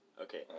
Okay